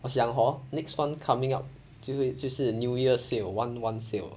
我想 hor next one coming up 就是就是 new year sale one one sale